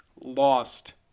lost